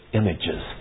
images